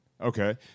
okay